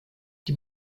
die